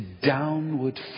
downward